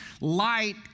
Light